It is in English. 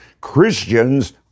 christians